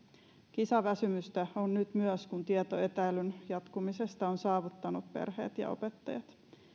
kisaväsymystä on nyt myös kun tieto etäilyn jatkumisesta on saavuttanut perheet ja opettajat